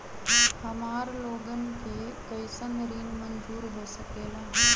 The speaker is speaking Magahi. हमार लोगन के कइसन ऋण मंजूर हो सकेला?